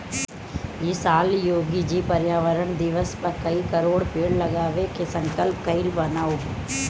इ साल योगी जी पर्यावरण दिवस पअ कई करोड़ पेड़ लगावे के संकल्प कइले बानअ